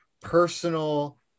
personal